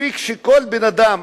מספיק שכל בן-אדם,